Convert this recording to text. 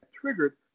triggered